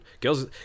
girls